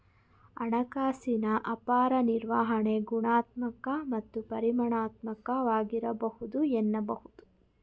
ಹಣಕಾಸಿನ ಅಪಾಯ ನಿರ್ವಹಣೆ ಗುಣಾತ್ಮಕ ಮತ್ತು ಪರಿಮಾಣಾತ್ಮಕವಾಗಿರಬಹುದು ಎನ್ನಬಹುದು